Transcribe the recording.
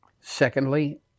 Secondly